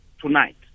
tonight